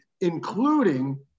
including